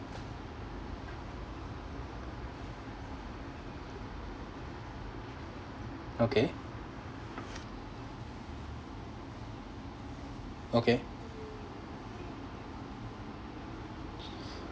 okay okay